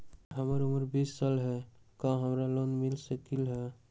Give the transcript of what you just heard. हमर उमर बीस साल हाय का हमरा लोन मिल सकली ह?